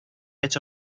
edge